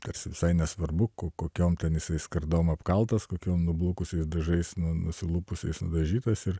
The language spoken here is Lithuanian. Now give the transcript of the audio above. tarsi visai nesvarbu kokiom ten jisai skardom apkaltas kokiom nublukusiais dažais nuo nusilupus nudažytas ir